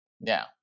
Now